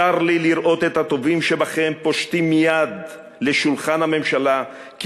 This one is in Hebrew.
צר לי לראות את הטובים שבכם פושטים יד לשולחן הממשלה כי